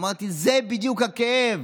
אמרתי: זה בדיוק הכאב,